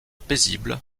paisible